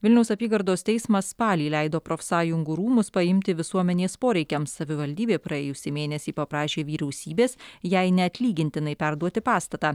vilniaus apygardos teismas spalį leido profsąjungų rūmus paimti visuomenės poreikiams savivaldybė praėjusį mėnesį paprašė vyriausybės jai neatlygintinai perduoti pastatą